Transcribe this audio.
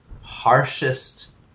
harshest